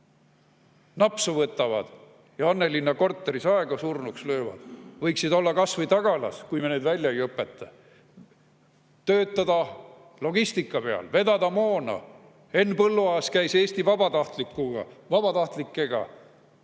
napsu võtavad ja Annelinna korteris aega surnuks löövad, võiksid olla kas või tagalas, kui me neid välja ei õpeta, töötada logistika peal või vedada moona. Henn Põlluaas käis Eesti vabatahtlikega põletavates